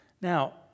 Now